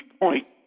point